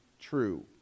true